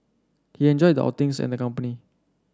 he enjoyed the outings and the company